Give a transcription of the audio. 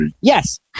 yes